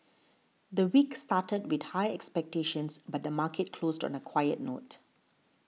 the week started with high expectations but the market closed on a quiet note